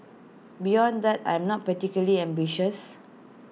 beyond that I'm not particularly ambitious